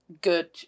good